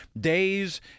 days